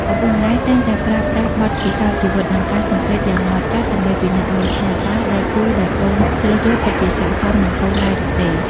ឪពុកម្ដាយតែងតែប្រើប្រាស់បទពិសោធន៍ជីវិត និងការសង្កេតយ៉ាងហ្មត់ចត់ ដើម្បីពិនិត្យមើលថាតើដៃគូដែលកូនជ្រើសរើសពិតជាស័ក្តិសមនឹងកូនដែរឬទេ។